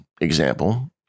example